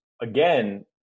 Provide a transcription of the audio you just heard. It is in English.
Again